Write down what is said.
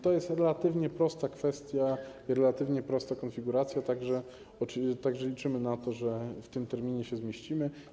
To jest relatywnie prosta kwestia, relatywnie prosta konfiguracja, tak że liczymy na to, że w tym terminie się zmieścimy.